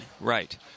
Right